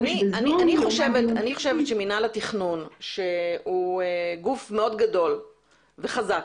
חושבת שמינהל התכנון שהוא גוף מאוד גדול וחזק,